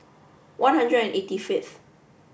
one hundred and eighty fifth